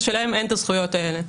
זה שלהם אין את הזכויות האלה.